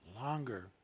longer